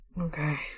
Okay